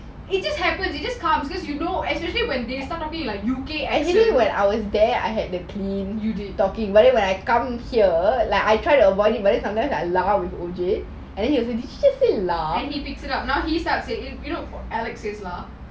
it just happens you just can't because you know especially when they start talking like U_K accent you know alex says lah